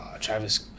Travis